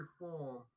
reform